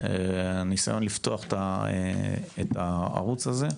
והניסיון לפתוח את הערוץ הזה.